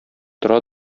тора